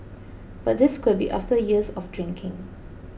but this could be after years of drinking